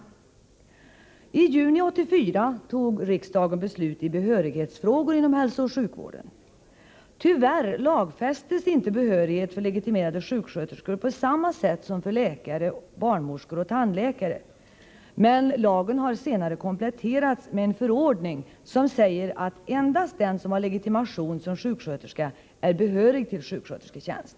I juni 1984 fattade riksdagen beslut i behörighetsfrågor inom hälsooch 97 sjukvården. Tyvärr lagfästes inte behörighet för legitimerade sjuksköterskor på samma sätt som för läkare, barnmorskor och tandläkare, men lagen har senare kompletterats med en förordning som säger att endast den som har legitimation som sjuksköterska är behörig till sjukskötersketjänst.